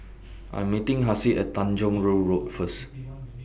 I'm meeting Hassie At Tanjong Rhu Road First